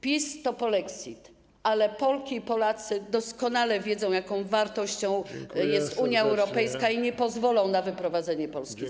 PiS to polexit, ale Polki i Polacy doskonale wiedzą, jaką wartością jest Unia Europejska, i nie pozwolą na wyprowadzenie Polski z Unii.